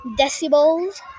decibels